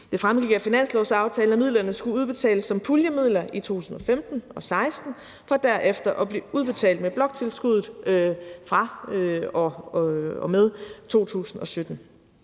Det fremgik af finanslovsaftalen, at midlerne skulle udbetales som puljemidler i 2015 og 2016 for derefter at blive udbetalt med bloktilskuddet fra og med 2017.